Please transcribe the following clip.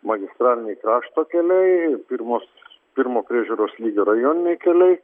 magistraliniai krašto keliai pirmo priežiūros lygio rajoniniai keliai